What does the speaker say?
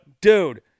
dude